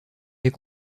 est